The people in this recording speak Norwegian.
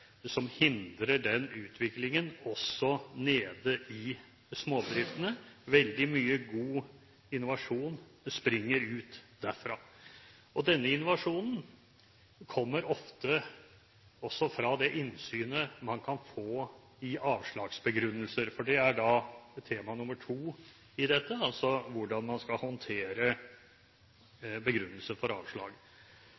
som hindrer den utviklingen også ute i småbedriftene. Veldig mye god innovasjon springer ut derfra. Denne innovasjonen kommer ofte også fra det innsynet man kan få i avslagsbegrunnelser. Det er tema nr. to i dette, altså hvordan man skal håndtere